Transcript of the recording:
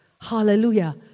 Hallelujah